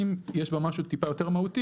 ההתאמה בפסקה 2 יש לה משהו טיפה יותר מהותי,